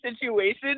situation